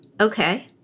okay